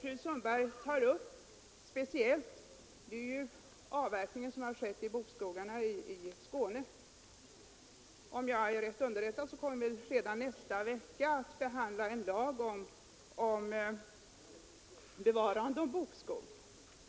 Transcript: Fru Sundberg tar speciellt upp avverkningar som skett av bokskogarna i Skåne. Om jag är riktigt underrättad kommer vi redan nästa vecka att behandla en lag om bevarande av bokskog.